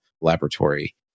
laboratory